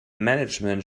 management